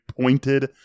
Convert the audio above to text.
pointed